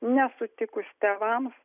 nesutikus tėvams